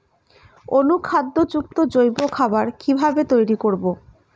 অনুখাদ্য যুক্ত জৈব খাবার কিভাবে তৈরি করব?